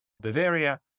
Bavaria